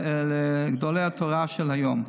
גדולי התורה של היום.